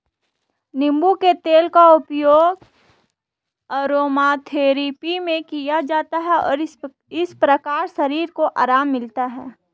नींबू के तेल का उपयोग अरोमाथेरेपी में किया जाता है और इस प्रकार शरीर को आराम मिलता है